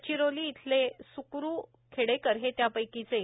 गडचिरोली इथले स्करु खेडेकर हे त्यापैकीच एक